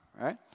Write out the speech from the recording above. right